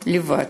לבד...